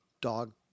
dog